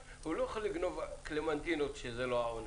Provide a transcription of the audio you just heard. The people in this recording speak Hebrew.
הוא לא יכול לגנוב קלמנטינות כשזו לא העונה.